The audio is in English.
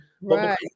right